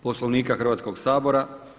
Poslovnika Hrvatskoga sabora.